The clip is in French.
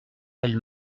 elle